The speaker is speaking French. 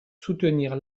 soutenir